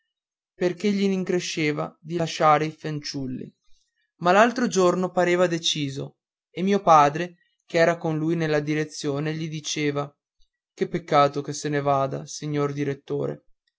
perché gli rincresceva di lasciare i fanciulli ma l'altro giorno pareva deciso e mio padre ch'era con lui nella direzione gli diceva che peccato che se ne vada signor direttore